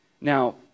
Now